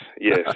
yes